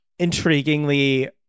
intriguingly